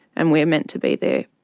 and we're meant to be there,